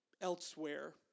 elsewhere